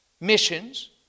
missions